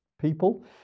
people